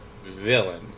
villain